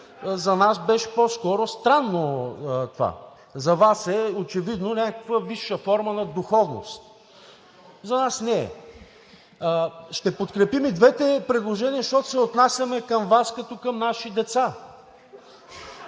това беше по-скоро странно. За Вас очевидно е някаква висша форма на духовност, за нас не е. Ще подкрепим и двете предложения, защото се отнасяме към Вас като към наши деца